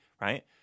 right